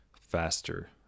faster